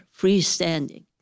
freestanding